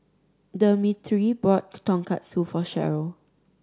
Demetri bought Tonkatsu for Sherryl